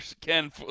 Ken